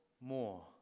more